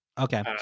Okay